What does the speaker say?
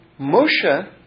Moshe